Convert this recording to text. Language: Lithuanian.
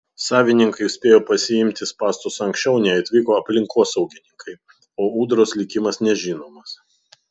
savininkai spėjo pasiimti spąstus anksčiau nei atvyko aplinkosaugininkai o ūdros likimas nežinomas